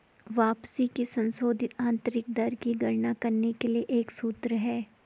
वापसी की संशोधित आंतरिक दर की गणना करने के लिए एक सूत्र है